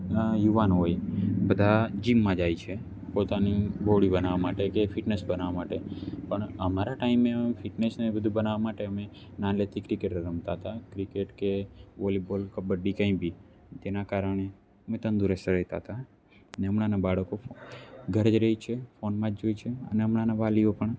યુવાનો હોય બધા જીમમાં જાય છે પોતાની બોડી બનાવવા માટે કે ફિટનેસ બનાવવા માટે પણ અમારા ટાઇમે ફિટનેસ ને બધું બનાવવા માટે અમે નાનેથી ક્રિકેટ રમતા હતા ક્રિકેટ કે વોલી બોલ કબડ્ડી કઈ બી તેના કારણે તેઓ અમે તંદુરસ્ત રહેતાં હતાં અને હમણાંના બાળકો ઘરે જ રહે છે ફોનમાં જ જુએ છે અને હમણાંના વાલીઓ પણ